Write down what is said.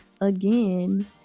again